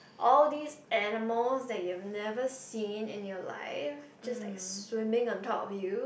all these animals that you've never seen in your life just like swimming on top of you